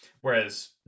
Whereas